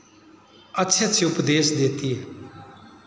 अच्छे अच्छे उपदेश देते हैं